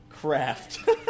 craft